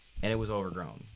and it was overgrown.